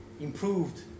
improved